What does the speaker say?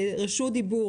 רשות דיבור,